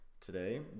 today